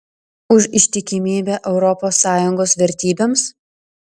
už ištikimybę europos sąjungos vertybėms